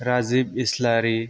Rajib Islary